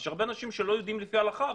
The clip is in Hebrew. יש הרבה אנשים שהם לא יהודים לפי ההלכה,